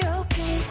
okay